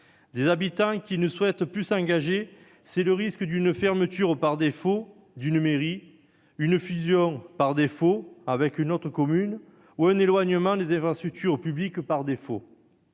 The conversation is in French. Des habitants qui ne souhaitent plus s'engager, c'est le risque de la fermeture par défaut d'une mairie, de la fusion par défaut avec une autre commune, de l'éloignement par défaut des infrastructures publiques ; mais